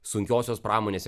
sunkiosios pramonės